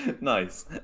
Nice